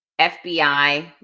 FBI